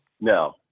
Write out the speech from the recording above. No